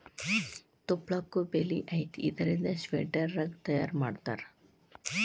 ತುಪ್ಪಳಕ್ಕು ಬೆಲಿ ಐತಿ ಇದರಿಂದ ಸ್ವೆಟರ್, ರಗ್ಗ ತಯಾರ ಮಾಡತಾರ